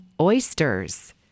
oysters